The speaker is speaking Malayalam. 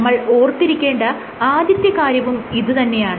നമ്മൾ ഓർത്തിരിക്കേണ്ട ആദ്യത്തെ കാര്യവും ഇത് തന്നെയാണ്